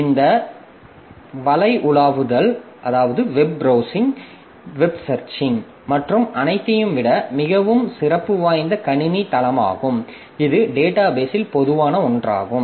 இது இந்த வலை உலாவுதல் மற்றும் அனைத்தையும்விட மிகவும் சிறப்பு வாய்ந்த கணினி தளமாகும் இது டேட்டாபேஸில் பொதுவான ஒன்றாகும்